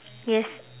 yes